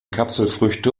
kapselfrüchte